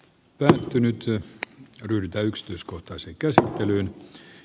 välttynyt yö ryltä ykstyiskohtaisen cesar delyyn